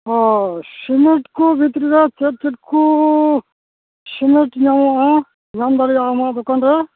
ᱚ ᱥᱤᱢᱮᱱᱴ ᱠᱚ ᱵᱷᱤᱛᱨᱤ ᱨᱮ ᱪᱮᱫ ᱪᱮᱫ ᱠᱚ ᱥᱤᱢᱮᱱᱴ ᱧᱟᱢᱚᱜᱼᱟ ᱧᱟᱢ ᱫᱟᱲᱮᱭᱟᱜᱼᱟ ᱟᱢᱟᱜ ᱫᱚᱠᱟᱱ ᱨᱮ